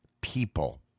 people